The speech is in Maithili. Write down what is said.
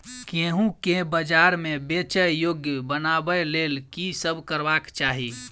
गेंहूँ केँ बजार मे बेचै योग्य बनाबय लेल की सब करबाक चाहि?